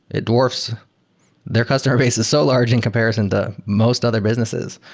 it dwarfs their customer base is so large in comparison the most other businesses,